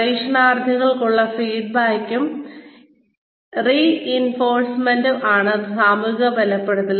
പരിശീലനാർത്ഥികൾക്കുള്ള ഫീഡ്ബാക്കും റീഇൻഫോഴ്സ്മെന്റും ആണ് സാമൂഹിക ബലപ്പെടുത്തൽ